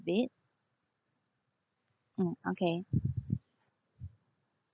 rebate mm okay